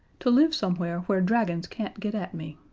to live somewhere where dragons can't get at me.